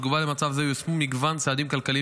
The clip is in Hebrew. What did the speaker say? בתגובה על מצב זה יושמו מגוון צעדים כלכליים